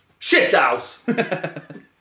Shithouse